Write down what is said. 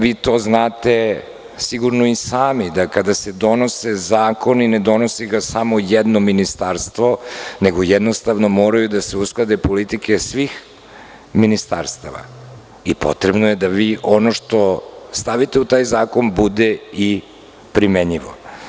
Vi to znate sigurno i sami da kada se donose zakoni ne donosi ga samo jedno ministarstvo, jednostavno moraju da se usklade politike svih ministarstava i potrebno je da vi ono što stavite u taj zakon bude i primenljivo.